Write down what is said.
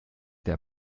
der